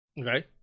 Okay